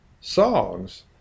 songs